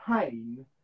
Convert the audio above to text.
pain